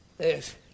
Yes